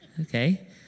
Okay